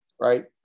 right